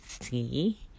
see